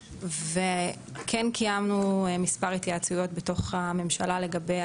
וכן קיימנו מספר התייעצויות בתוך הממשלה לגבי